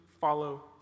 follow